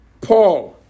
Paul